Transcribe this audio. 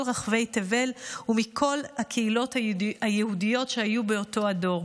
רחבי תבל ומכל הקהילות היהודיות שהיו באותו הדור.